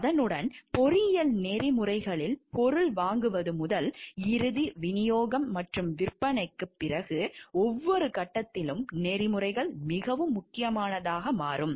அதனுடன் பொறியியல் நெறிமுறைகளில் பொருள் வாங்குவது முதல் இறுதி விநியோகம் மற்றும் விற்பனைக்குப் பிறகு ஒவ்வொரு கட்டத்திலும் நெறிமுறைகள் மிகவும் முக்கியமானதாக மாறும்